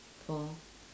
four